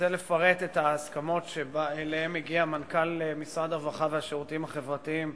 רוצה לפרט את ההסכמות שאליהן הגיע מנכ"ל משרד הרווחה והשירותים החברתיים